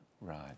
Right